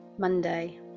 Monday